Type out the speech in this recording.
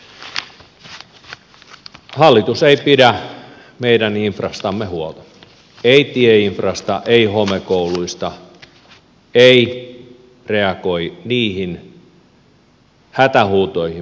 hallitus ei pidä meidän infrastamme huolta ei tieinfrasta ei homekouluista ei reagoi niihin hätähuutoihin mitä kentältä kuuluu